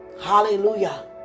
Hallelujah